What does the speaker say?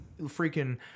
freaking